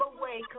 away